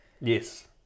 Yes